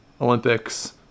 Olympics